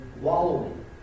wallowing